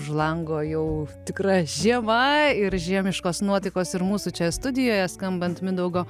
už lango jau tikra žiema ir žiemiškos nuotaikos ir mūsų čia studijoje skambant mindaugo